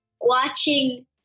watching